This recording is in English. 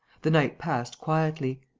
the night passed quietly.